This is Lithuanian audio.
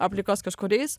aplikuos kažkur eis